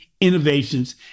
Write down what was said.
innovations